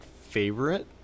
favorite